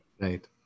Right